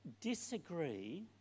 disagree